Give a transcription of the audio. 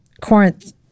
Corinth